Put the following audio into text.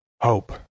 Hope